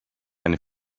eine